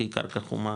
כי היא קרקע חומה,